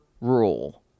rule